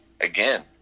again